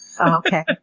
okay